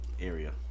area